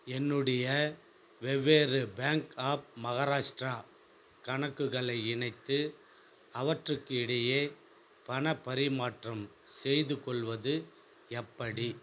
என்னுடைய வெவ்வேறு bank of Maharashtra கணக்குகளை இணைத்து அவற்றுக்கிடையே பணப் பரிமாற்றம் செய்துகொள்வது எப்படி